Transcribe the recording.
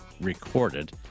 recorded